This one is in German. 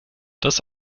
das